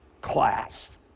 class